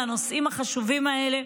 לנושאים החשובים האלה,